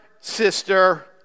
sister